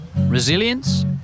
resilience